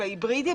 בהיברידי.